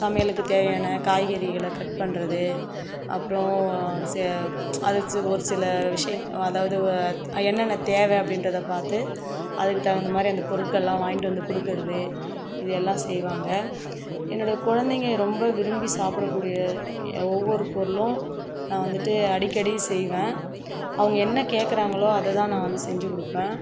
சமையலுக்கு தேவையான காய்கறிகளை கட் பண்ணுறது அப்புறம் செ அது ஒரு சில விஷியங் அதாவது என்னென்ன தேவை அப்படின்றத பார்த்து அதுக்கு தகுந்த மாதிரி அந்த பொருட்கள்லாம் வாங்கிட்டு வந்து கொடுக்கறது இது எல்லாம் செய்வாங்க என்னுடைய குழந்தைங்க ரொம்ப விரும்பி சாப்பிடக்கூடிய ஒவ்வொரு பொருளும் நான் வந்துட்டு அடிக்கடி செய்வேன் அவங்க என்ன கேட்குறாங்களோ அதை தான் நான் வந்து செஞ்சிக் கொடுப்பேன்